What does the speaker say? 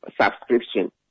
subscription